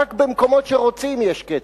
רק במקומות שרוצים יש קצר.